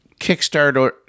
Kickstarter